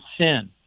sin